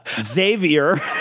Xavier